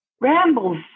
rambles